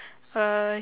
uh